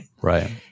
Right